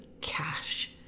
cash